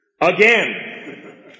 Again